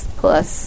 plus